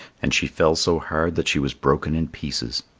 and she fell so hard that she was broken in pieces.